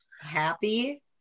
happy